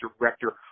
director